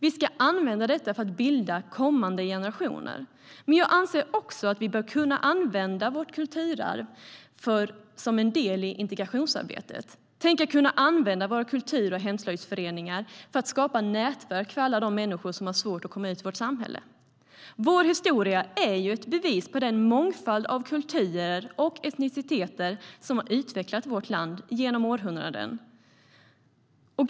Vi ska använda det för att bilda kommande generationer. Men jag anser att vi också bör kunna använda vårt kulturarv som en del i integrationsarbetet. Tänk att kunna använda våra kultur och hemslöjdsföreningar för att skapa nätverk för alla de människor som har svårt att komma ut i vårt samhälle! Vår historia är ju ett bevis på den mångfald av kulturer och etniciteter som har utvecklat vårt land genom århundraden.